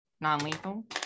non-lethal